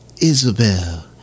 Isabel